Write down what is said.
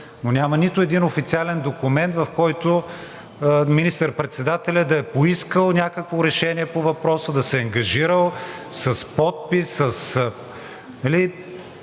но няма нито един официален документ, в който министър-председателят да е поискал някакво решение по въпроса, да се е ангажирал с подпис, с…